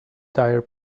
tire